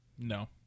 No